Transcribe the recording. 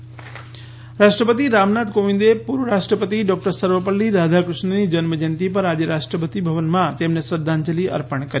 શ્રદ્ધાંજલી શિક્ષકદીન રાષ્ટ્રપતિ રામનાથ કોવિંદે પૂર્વ રાષ્ટ્રપતિ ડોક્ટર સર્વપલ્લી રાધાકૃષ્ણનની જન્મજયંતિ પર આજે રાષ્ટ્રપતિ ભવનમાં તેમને શ્રદ્ધાંજલી અર્પણ કરી